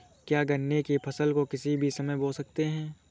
क्या गन्ने की फसल को किसी भी समय बो सकते हैं?